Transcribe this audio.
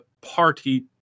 party